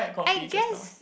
I guess